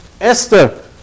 Esther